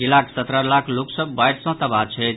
जिलाक सत्रह लाख लोक सभ बाढ़ि सँ तबाह छथि